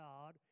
God